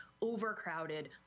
overcrowded